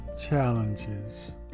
challenges